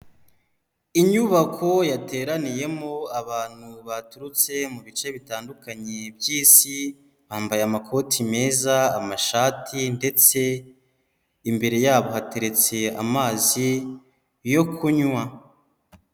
Inyubako yateraniyemo abantu baturutse mu bice bitandukanye by'Isi, bambaye amakoti meza, amashati ndetse imbere yabo hateretse amazi yo kunywa.